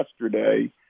yesterday